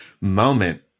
moment